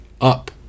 up